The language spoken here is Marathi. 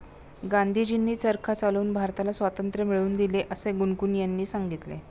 गांधीजींनी चरखा चालवून भारताला स्वातंत्र्य मिळवून दिले असे गुनगुन यांनी सांगितले